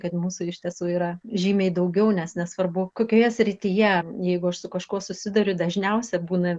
kad mūsų iš tiesų yra žymiai daugiau nes nesvarbu kokioje srityje jeigu aš su kažkuo susiduriu dažniausia būna